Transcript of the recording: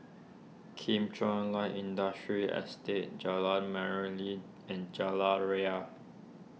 Kim Chuan Light Industrial Estate Jalan Merlimau and Jalan Ria